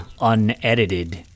unedited